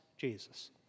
Jesus